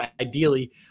ideally